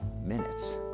minutes